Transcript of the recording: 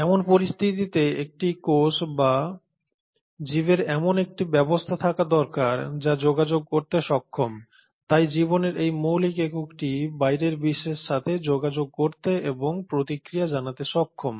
এমন পরিস্থিতিতে একটি কোষ বা জীবের এমন একটি ব্যবস্থা থাকা দরকার যা যোগাযোগ করতে সক্ষম তাই জীবনের এই মৌলিক এককটি বাইরের বিশ্বের সাথে যোগাযোগ করতে এবং প্রতিক্রিয়া জানাতে সক্ষম